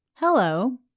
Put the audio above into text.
Hello